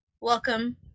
welcome